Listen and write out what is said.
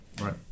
Right